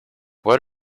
what